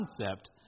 concept